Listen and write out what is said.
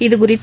இதுகுறித்து